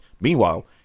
Meanwhile